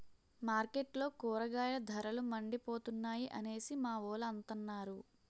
మార్కెట్లో కూరగాయల ధరలు మండిపోతున్నాయి అనేసి మావోలు అంతన్నారు